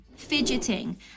fidgeting